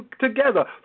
together